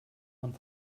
man